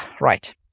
Right